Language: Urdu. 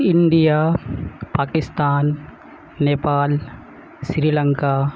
انڈیا پاکستان نیپال شری لنکا